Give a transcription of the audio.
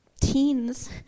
teens